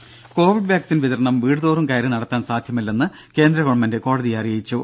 രെട covid vaccine വിതരണം വീടുതോറും കയറി നടത്താൻ സാധ്യമല്ലെന്ന് കേന്ദ്ര ഗവൺമെന്റ് കോടതിയെ അറിയിച്ചു